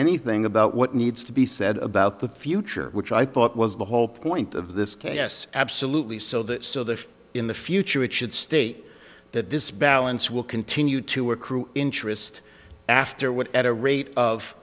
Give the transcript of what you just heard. anything about what needs to be said about the future which i thought was the whole point of this yes absolutely so that so that in the future it should state that this balance will continue to work crew interest after what at a rate of